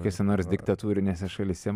kiose nors diktatūrinėse šalyse